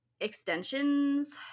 extensions